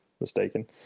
mistaken